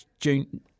June